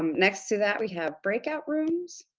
um next to that we have break-out rooms,